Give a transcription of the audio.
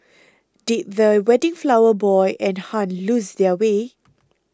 did the wedding flower boy and Hun lose their way